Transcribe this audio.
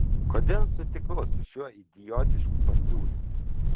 kodėl sutikau su šiuo idiotišku pasiūlymu